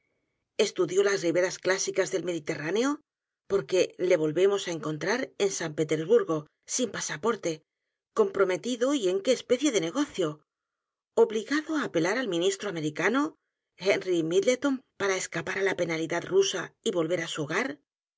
dió las riberas clásicas del mediterráneo porque le volvemos á encontrar en san p e t e r s b u r g o sin pasaporte comprometido y en qué especie de negocio obligado á apelar al ministro americano henry midleton para escapar á la penalidad r u s a y volver á su h